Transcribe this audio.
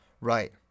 Right